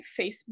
Facebook